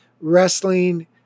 wrestling